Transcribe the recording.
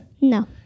No